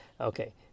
Okay